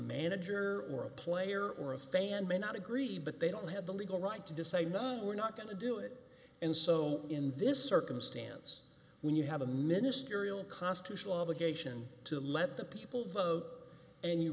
manager or a player or a fan may not agree but they don't have the legal right to decide not we're not going to do it and so in this circumstance when you have a ministerial constitutional obligation to let the people vote and